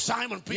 Simon